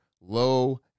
low